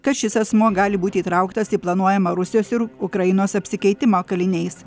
kad šis asmuo gali būti įtrauktas į planuojamą rusijos ir ukrainos apsikeitimą kaliniais